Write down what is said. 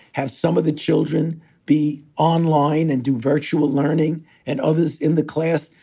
have some of the children be online and do virtual learning and others in the class.